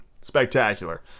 spectacular